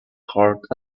part